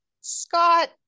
Scott